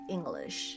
English